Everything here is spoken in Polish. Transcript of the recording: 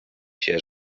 się